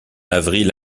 avril